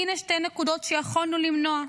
הינה שתי נקודות שיכולנו למנוע.